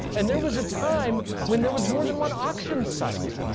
and there was a time when there was more than one auction site.